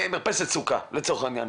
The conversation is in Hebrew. מרפסת סוכה לצורך העניין,